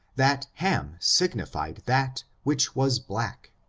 that ham sig nified that which was black.